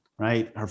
Right